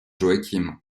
joachim